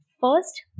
First